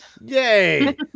Yay